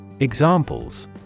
Examples